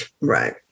Right